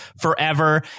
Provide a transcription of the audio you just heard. forever